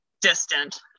distant